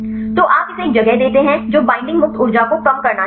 तो आप इसे एक जगह देते हैं जो बईंडिंग मुक्त ऊर्जा को कम करना चाहिए